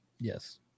Yes